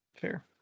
fair